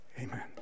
Amen